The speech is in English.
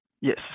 Yes